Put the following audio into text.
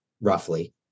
roughly